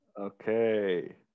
Okay